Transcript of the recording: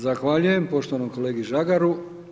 Zahvaljujem poštovanom kolegi Žagaru.